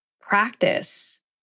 practice